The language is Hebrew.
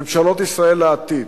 ממשלות ישראל לעתיד,